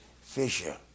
Fisher